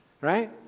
right